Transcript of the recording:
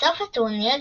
בסוף הטורניר,